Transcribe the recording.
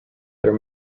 there